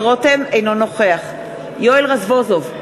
אינו נוכח יואל רזבוזוב,